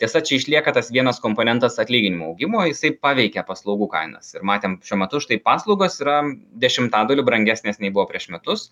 tiesa čia išlieka tas vienas komponentas atlyginimų augimo jisai paveikia paslaugų kainas ir matėm šiuo metu štai paslaugos yra dešimtadaliu brangesnės nei buvo prieš metus